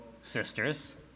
sisters